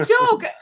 joke